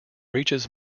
reaches